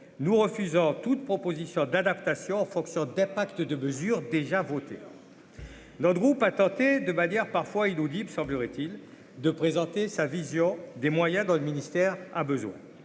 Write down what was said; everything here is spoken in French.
nous refusant toute proposition d'adaptation fonction d'impacts de mesures déjà votées d'Andrew pas tenté de manière parfois inaudible, semblerait-il de présenter sa vision des moyens dans le ministère a besoin,